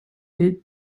est